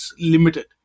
limited